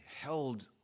held